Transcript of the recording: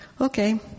okay